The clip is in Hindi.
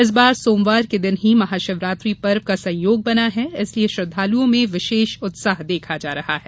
इस बार सोमवार के दिन ही महाशिवरात्रि पर्व का संयोग बना है इसलिए श्रद्वालुओं में विशेष उत्साह देखा जा रहा है